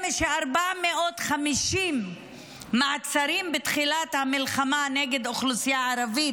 מ-450 מעצרים בתחילת המלחמה נגד האוכלוסייה הערבית,